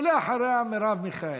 ואחריה, מרב מיכאלי.